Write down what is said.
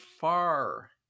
far